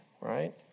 right